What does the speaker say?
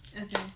Okay